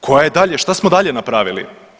Koja je dalje, šta smo dalje napravili?